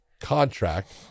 contract